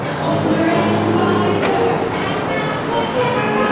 and older and wiser, and that's what gets